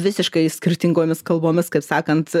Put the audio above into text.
visiškai skirtingomis kalbomis kaip sakant